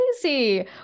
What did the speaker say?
crazy